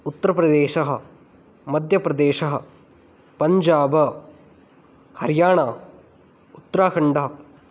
उत्तरप्रदेशः मध्यप्रदेशः पञ्जाबः हरियाणा उत्तराखण्डः